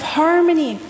harmony